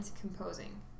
composing